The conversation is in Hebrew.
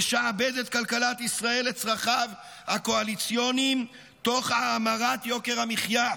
ולשעבד את כלכלת ישראל לצרכיו הקואליציוניים תוך האמרת יוקר המחיה.